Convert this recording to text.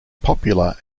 popular